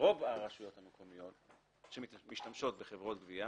רוב הרשויות המקומיות שמשתמשות בחברות גבייה